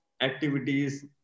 activities